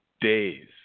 days